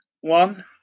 one